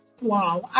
wow